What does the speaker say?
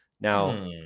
Now